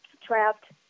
trapped